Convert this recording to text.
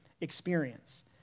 experience